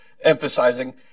emphasizing